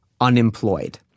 unemployed